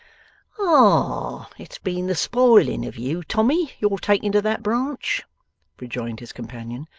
ah! it's been the spoiling of you, tommy, your taking to that branch rejoined his companion.